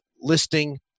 listing